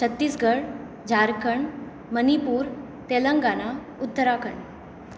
Chhattisgarh Jharkhand Manipur Telangana Uttarakhand